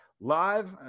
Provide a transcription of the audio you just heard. live